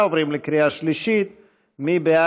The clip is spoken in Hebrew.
אנחנו עוברים להצעת חוק ליישום ההסכם בין ממשלת מדינת ישראל